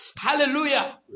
hallelujah